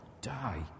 die